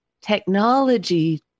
Technology